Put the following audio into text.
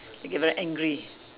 they get very angry